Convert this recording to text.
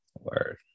Word